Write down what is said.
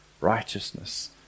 righteousness